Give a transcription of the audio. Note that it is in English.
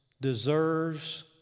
deserves